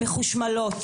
מחושמלות